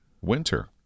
winter